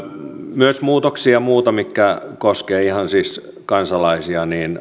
myös muita muutoksia mitkä koskevat siis ihan kansalaisia